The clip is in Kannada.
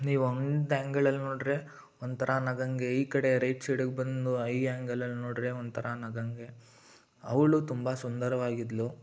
ನೀವು ಒಂದು ಆ್ಯಂಗಲಲ್ಲಿ ನೋಡ್ರೆ ಒಂಥರ ನಗೊಂಗೆ ಈ ಕಡೆ ರೈಟ್ ಸೈಡಗೆ ಬಂದು ಈ ಆ್ಯಂಗಲಲ್ಲಿ ನೋಡ್ರೆ ಒಂಥರ ನಗೊಂಗೆ ಅವ್ಳು ತುಂಬ ಸುಂದರವಾಗಿದ್ಳು